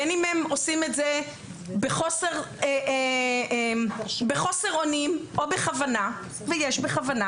בין אם הם עושים את זה בחוסר אונים או בכוונה ויש בכוונה